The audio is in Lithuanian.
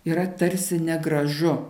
yra tarsi negražu